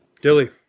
Dilly